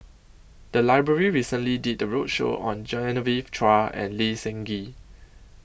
The Library recently did A roadshow on Genevieve Chua and Lee Seng Gee